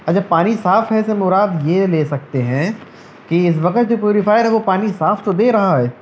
اچھا پانی صاف ہے سے مراد یہ لے سکتے ہیں کہ اس وقت جو پیوریفایر ہے وہ پانی صاف تو دے رہا ہے